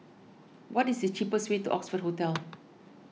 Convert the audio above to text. what is the cheapest way to Oxford Hotel